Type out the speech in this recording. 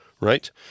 Right